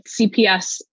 CPS